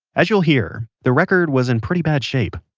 as you'll hear, the record was in pretty bad shape.